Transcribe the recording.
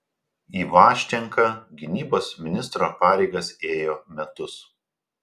ivaščenka gynybos ministro pareigas ėjo metus